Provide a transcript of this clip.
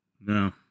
no